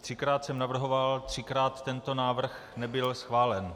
Třikrát jsem navrhoval, třikrát tento návrh nebyl schválen.